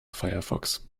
firefox